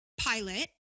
pilot